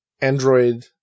android